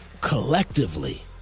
collectively